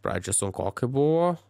pradžioj sunkoka buvo